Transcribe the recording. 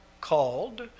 called